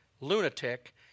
lunatic